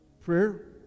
prayer